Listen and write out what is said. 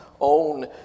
own